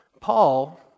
Paul